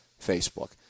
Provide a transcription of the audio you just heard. Facebook